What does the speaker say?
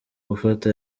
gufata